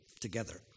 together